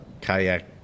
kayak